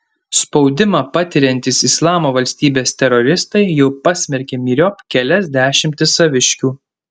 spaudimą patiriantys islamo valstybės teroristai jau pasmerkė myriop kelias dešimtis saviškių